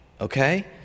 okay